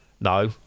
No